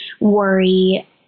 worry